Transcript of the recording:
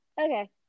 okay